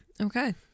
Okay